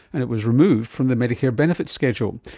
and it was removed from the medicare benefits schedule.